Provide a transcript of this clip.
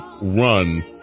run